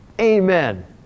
Amen